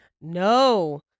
No